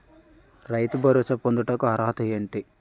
రైతు భరోసా పొందుటకు అర్హత ఏంటి?